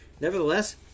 Nevertheless